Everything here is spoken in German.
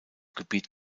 gebiet